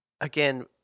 Again